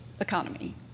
economy